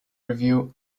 review